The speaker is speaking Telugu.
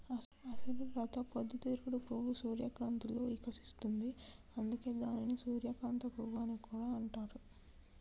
అసలు లత పొద్దు తిరుగుడు పువ్వు సూర్యకాంతిలో ఇకసిస్తుంది, అందుకే దానిని సూర్యకాంత పువ్వు అని కూడా అంటారు